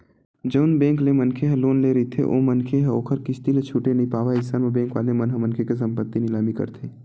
जउन बेंक ले मनखे ह लोन ले रहिथे ओ मनखे ह ओखर किस्ती ल छूटे नइ पावय अइसन म बेंक वाले मन ह मनखे के संपत्ति निलामी करथे